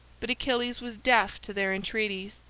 but achilles was deaf to their entreaties.